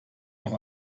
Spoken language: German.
noch